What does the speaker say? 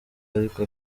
ariko